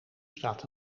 staat